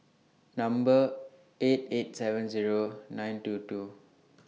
Number eight eight seven Zero nine two two